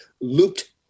looped